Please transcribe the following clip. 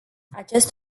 acest